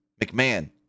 McMahon